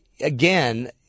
Again